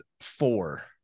four